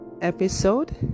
episode